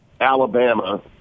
Alabama